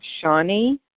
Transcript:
Shawnee